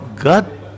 God